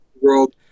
world